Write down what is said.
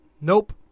Nope